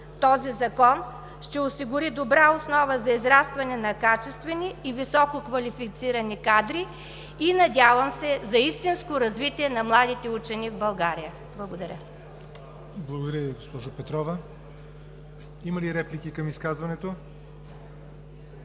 този Закон ще осигури добра основа за израстване на качествени и висококвалифицирани кадри и, надявам се, за истинско развитие на младите учени в България. Благодаря. ПРЕДСЕДАТЕЛ ЯВОР НОТЕВ: Благодаря Ви, госпожо Петрова. Има ли реплики към изказването?